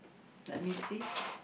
let me see